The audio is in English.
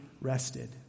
rested